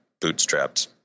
bootstrapped